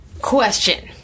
Question